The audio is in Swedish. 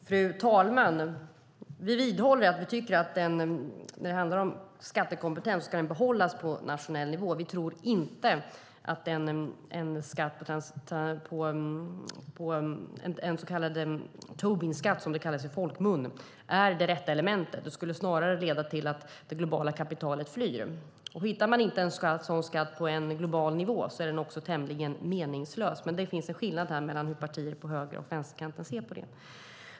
Fru talman! Vi vidhåller att skattekompetensen ska behållas på nationell nivå. Vi tror inte att en så kallad Tobinskatt är det rätta elementet. Det skulle snarare leda till att det globala kapitalet flyr. Har man inte en sådan skatt på global nivå är den tämligen meningslös. Det finns dock en skillnad på hur partier på höger och vänsterkanten ser på detta.